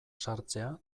sartzea